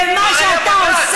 ופונה אליך בדחילו ורחימו,